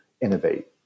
innovate